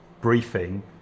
briefing